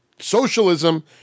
socialism